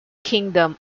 kingdom